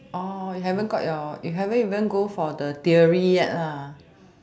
haven't got your you haven't even go for the theory yet